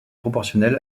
proportionnel